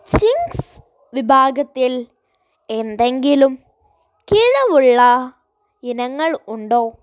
Ching's വിഭാഗത്തിൽ എന്തെങ്കിലും കിഴവുള്ള ഇനങ്ങൾ ഉണ്ടോ